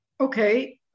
Okay